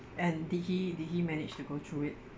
and did he did he manage to go through it